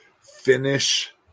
finish